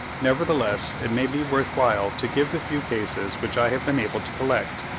nevertheless, it may be worth while to give the few cases which i have been able to collect,